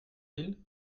ville